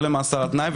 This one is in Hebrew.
לא למאסר על תנאי,